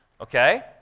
Okay